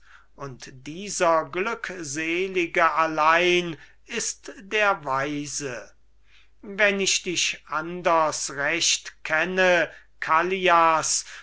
und dieser glückselige allein ist der weise wenn ich dich anders recht kenne callias